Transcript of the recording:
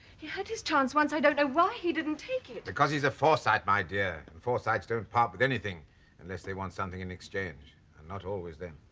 he had his chance once i don't know why he didn't take it because he's a forsyte my dear and forsytes don't part with anything unless they want something in exchange. and not always then.